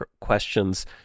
questions